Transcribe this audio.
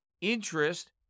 interest